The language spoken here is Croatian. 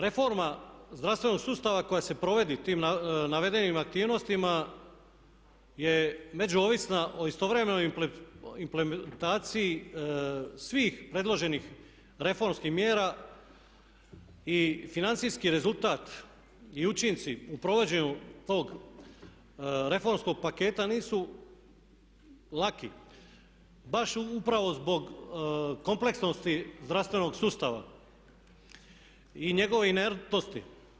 Reforma zdravstvenog sustava koja se provodi tim navedenim aktivnostima je međuovisna o istovremenoj implementaciji svih predloženih reformskih mjera i financijski rezultat i učinci u provođenju tog reformskog paketa nisu laki, baš upravo zbog kompleksnosti zdravstvenog sustava i njegove inertnosti.